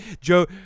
joe